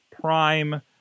prime